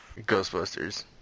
Ghostbusters